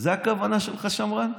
זאת הכוונה שלך בשמרן?